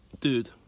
Dude